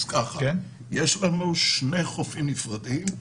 יש לנו שני חופים נפרדים,